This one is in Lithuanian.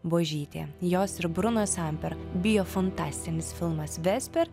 buožytė jos ir bruno samper bio fantastinis filmas vesper